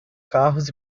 carros